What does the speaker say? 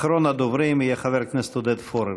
אחרון הדוברים יהיה חבר הכנסת עודד פורר.